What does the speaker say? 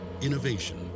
innovation